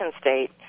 state